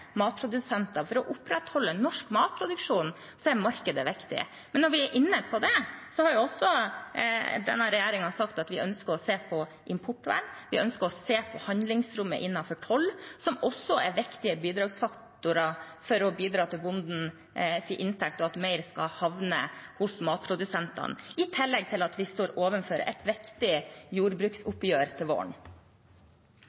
matprodusenter. For å opprettholde norsk matproduksjon er markedet viktig. Når vi er inne på det, har denne regjeringen også sagt at vi ønsker å se på importvern og handlingsrommet innenfor toll, som også er viktige faktorer for å bidra til bondens inntekt og at mer skal havne hos matprodusentene, i tillegg til at vi står overfor et viktig